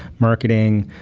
marketing,